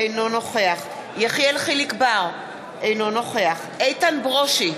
אינו נוכח יחיאל חיליק בר, אינו נוכח איתן ברושי,